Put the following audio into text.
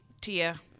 Tia